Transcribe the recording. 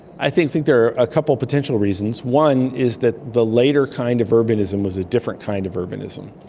i think think there are a couple of potential reasons. one is that the later kind of urbanism was a different kind of urbanism,